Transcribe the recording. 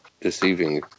deceiving